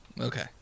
Okay